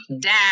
Down